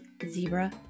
zebra